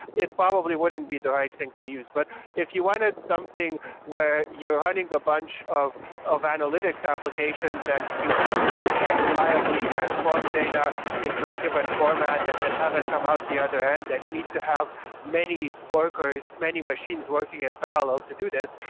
it probably wouldn't be the right thing to use. but if you wanted something where you're running a bunch of of analytics applications and you need to like reliably transform data into a given format and and have it come out the other end, then you need to have many workers, many machines working in parallel to do this,